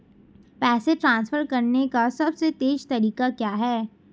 पैसे ट्रांसफर करने का सबसे तेज़ तरीका क्या है?